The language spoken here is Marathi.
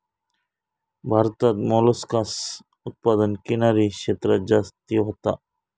भारतात मोलस्कास उत्पादन किनारी क्षेत्रांत जास्ती होता